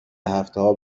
هفتهها